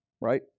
right